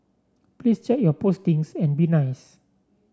please check your postings and be nice